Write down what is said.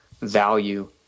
value